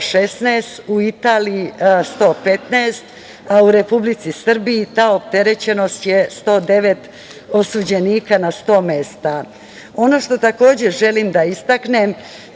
u Italiji 115, a u Republici Srbiji ta opterećenost je 109 osuđenika na 100 mesta. Ono što takođe želim da istaknem,